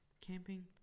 camping